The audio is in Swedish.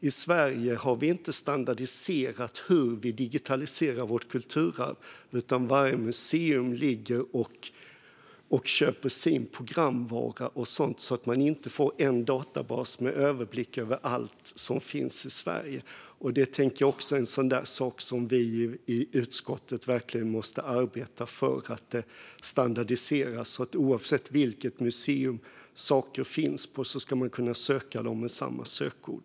I Sverige har vi inte standardiserat hur vi digitaliserar vårt kulturarv, utan varje museum köper sin programvara och så vidare. Man får alltså inte en databas där man kan få överblick över allt som finns i Sverige. Det tänker jag är en sak som vi i utskottet verkligen måste arbeta för: att detta standardiseras så att oavsett vilket museum saker finns på ska man kunna söka dem med samma sökord.